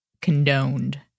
condoned